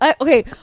Okay